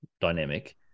dynamic